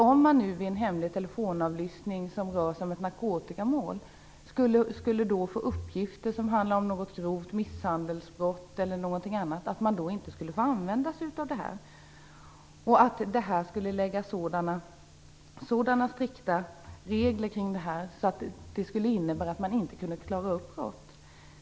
Om man nu vid en hemlig telefonavlyssning som rör ett narkotikabrott skulle få uppgifter som handlar om en grov misshandel eller någonting annat skulle man då inte få använda den informationen. En lagreglering skulle medföra så strikta regler kring det här att man inte kunde klara upp brott.